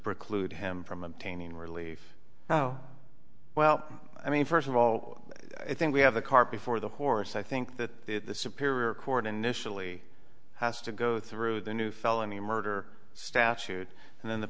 preclude him from obtaining relief oh well i mean first of all i think we have the cart before the horse i think that the superior court initially has to go through the new felony murder statute and then the